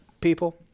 people